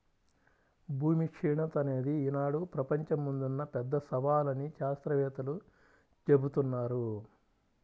భూమి క్షీణత అనేది ఈనాడు ప్రపంచం ముందున్న పెద్ద సవాలు అని శాత్రవేత్తలు జెబుతున్నారు